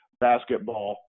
basketball